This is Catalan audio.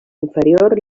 inferior